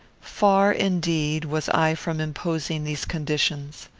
far, indeed, was i from imposing these conditions.